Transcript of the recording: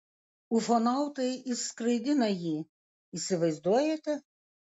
ufonautai išskraidina jį įsivaizduojate